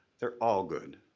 they're all good.